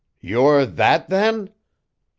you're that, then